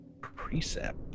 precept